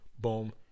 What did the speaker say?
Boom